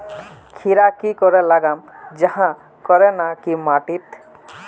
खीरा की करे लगाम जाहाँ करे ना की माटी त?